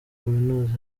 kaminuza